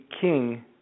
King